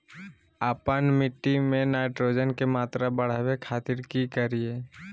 आपन मिट्टी में नाइट्रोजन के मात्रा बढ़ावे खातिर की करिय?